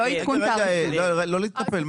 רגע, לא להתנפל.